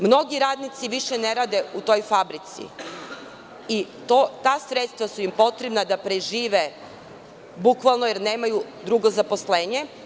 Mnogi radnici više ne rade u toj fabrici i ta sredstva su im potrebna da prežive jer nemaju drugo zaposlenje.